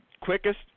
quickest